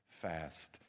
fast